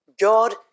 God